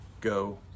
go